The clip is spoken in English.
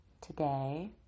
today